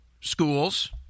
schools